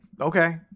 Okay